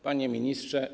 Panie Ministrze!